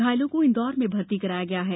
घायलों को इंदौर में भर्ती कराया गया है